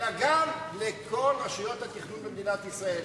אלא גם לכל רשויות התכנון במדינת ישראל.